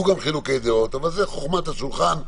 גם חילוקי דעות אבל זאת חוכמת השולחן,